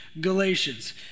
Galatians